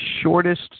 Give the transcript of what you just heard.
shortest